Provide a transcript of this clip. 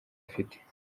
afite